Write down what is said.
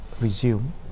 resume